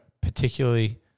particularly